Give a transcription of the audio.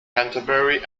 canterbury